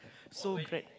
so grand